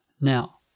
Now